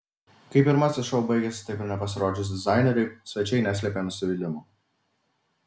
kai pirmasis šou baigėsi taip ir nepasirodžius dizaineriui svečiai neslėpė nusivylimo